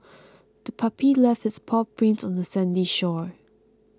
the puppy left its paw prints on the sandy shore